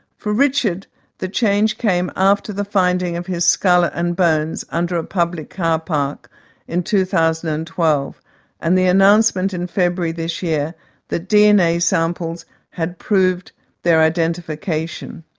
for richard the change came after the finding of his skull and bones under a public car park in two thousand and twelve and the announcement in february this year that dna samples had proved the identification.